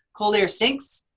cold air sinks.